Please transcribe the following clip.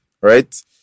right